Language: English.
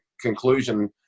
conclusion